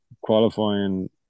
qualifying